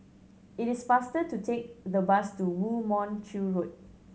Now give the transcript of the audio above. it is faster to take the bus to Woo Mon Chew Road